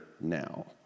now